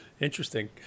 Interesting